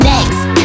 Next